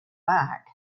back